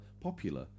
Popular